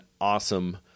awesome